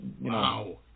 Wow